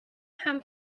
ham